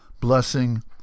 blessing